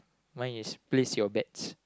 mine is pleased your bed